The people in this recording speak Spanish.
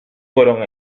fueron